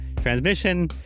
transmission